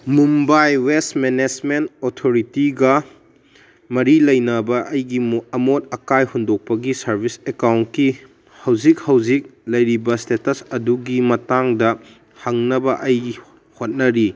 Mumbai waste management ꯑꯣꯊꯣꯔꯤꯇꯤꯒ ꯃꯔꯤ ꯂꯩꯅꯕ ꯑꯩꯒꯤ ꯑꯃꯣꯠ ꯑꯀꯥꯏ ꯍꯨꯟꯗꯣꯛꯄꯒꯤ ꯁꯥꯔꯕꯤꯁ ꯑꯦꯛꯀꯥꯎꯟꯀꯤ ꯍꯧꯖꯤꯛ ꯍꯧꯖꯤꯛ ꯂꯩꯔꯤꯕ ꯏꯁꯇꯦꯇꯁ ꯑꯗꯨꯒꯤ ꯃꯇꯥꯡꯗ ꯍꯪꯅꯕ ꯑꯩ ꯍꯣꯠꯅꯔꯤ